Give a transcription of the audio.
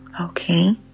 okay